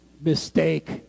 Mistake